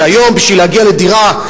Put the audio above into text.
שהיום בשביל להגיע לדירה,